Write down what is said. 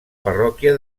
parròquia